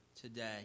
today